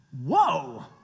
Whoa